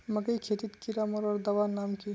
मकई खेतीत कीड़ा मारवार दवा नाम की?